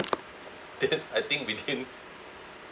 then I think within